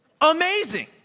Amazing